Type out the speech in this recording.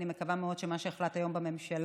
אני מקווה מאוד שמה שיוחלט היום בממשלה